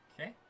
Okay